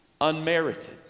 Unmerited